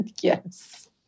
Yes